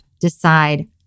Decide